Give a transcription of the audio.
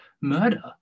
murder